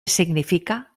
significa